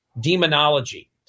demonology